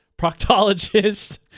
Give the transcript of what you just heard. proctologist